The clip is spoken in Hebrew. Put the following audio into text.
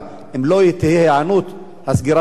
אם לא תהיה היענות, הסגירה תבוא.